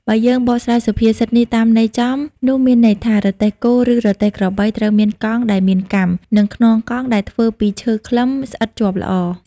បើយើងបកស្រាយសុភាសិតនេះតាមន័យចំ នោះមានន័យថា រទេះគោ ឬរទេះក្របី ត្រូវមានកង់ ដែលមានកាំ និងខ្នងកង់ដែលធ្វើពីឈើខ្លឹម ស្អិតជាប់ល្អ ។